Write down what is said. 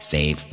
Save